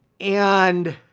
and